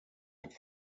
hat